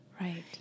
right